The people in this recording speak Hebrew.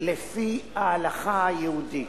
לפי ההלכה היהודית.